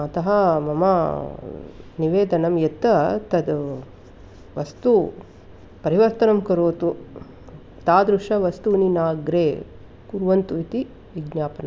अतः मम निवेदनं यत् तद् वस्तु परिवर्तनं करोतु तादृश वस्तूनि नाग्रे कुर्वन्तु इति विज्ञापनम्